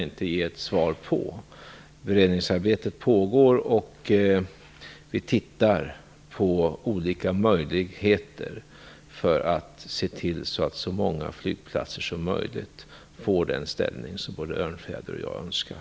Beredningsarbetet pågår, och vi tittar på olika möjligheter för att så många flygplatser som möjligt skall få den ställning som både Krister